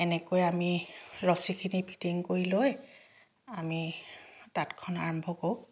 এনেকৈ আমি ৰচীখিনি ফিটিং কৰি লৈ আমি তাঁতখন আৰম্ভ কৰোঁ